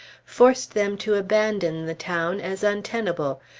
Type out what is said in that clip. forced them to abandon the town as untenable,